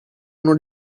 uno